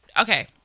Okay